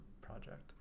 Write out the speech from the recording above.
project